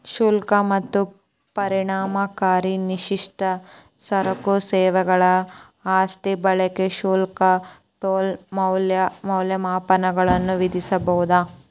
ಶುಲ್ಕ ಮತ್ತ ಪರಿಣಾಮಕಾರಿ ನಿರ್ದಿಷ್ಟ ಸರಕು ಸೇವೆಗಳ ಆಸ್ತಿ ಬಳಕೆ ಶುಲ್ಕ ಟೋಲ್ ಮೌಲ್ಯಮಾಪನಗಳನ್ನ ವಿಧಿಸಬೊದ